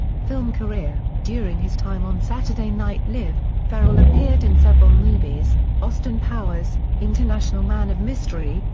film career during his time on saturday night live, ferrell appeared in several movies austin powers international man of mystery,